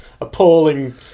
appalling